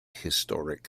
historic